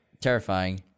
Terrifying